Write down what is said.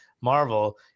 Marvel